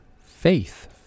Faith